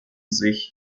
sich